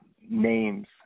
names